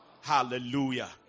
hallelujah